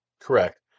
Correct